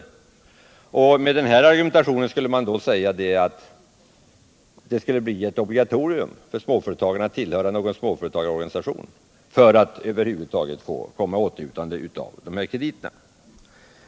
Lördagen den Med den använda argumentationen borde det alltså vara obligatoriskt 17 december 1977 för småföretagarna att tillhöra någon småföretagarorganisation för att över huvud taget komma i åtnjutande av krediter.